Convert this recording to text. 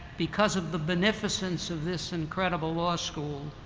because of the beneficence of this incredible law school,